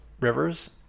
Rivers